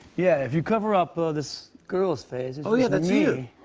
yeah, if you cover up this girl's face oh, yeah. that's you.